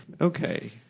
Okay